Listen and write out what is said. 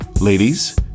Ladies